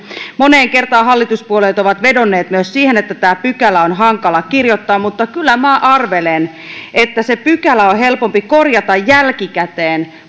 moneen kertaan hallituspuolueet ovat vedonneet myös siihen että tämä pykälä on hankala kirjoittaa mutta kyllä minä arvelen että on helpompaa korjata se pykälä jälkikäteen